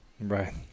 Right